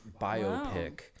biopic